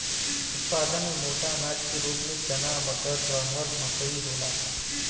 उत्पादन में मोटा अनाज के रूप में चना मटर, रहर मकई होला